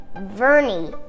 Vernie